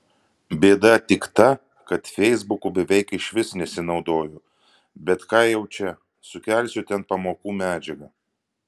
bėda tik ta kad feisbuku beveik išvis nesinaudoju bet ką jau čia sukelsiu ten pamokų medžiagą